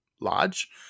large